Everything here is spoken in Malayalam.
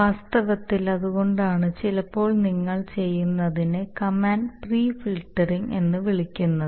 വാസ്തവത്തിൽ അതുകൊണ്ടാണ് ചിലപ്പോൾ നിങ്ങൾ ചെയ്യുന്നതിനെ കമാൻഡ് പ്രീ ഫിൽട്ടറിംഗ് എന്ന് വിളിക്കുന്നത്